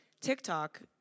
TikTok